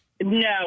No